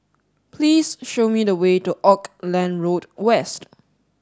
please show me the way to Auckland Road West